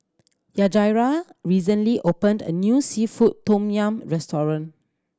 Yajaira recently opened a new seafood tom yum restaurant